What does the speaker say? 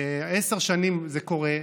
עשר שנים זה קורה.